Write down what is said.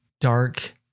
dark